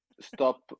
stop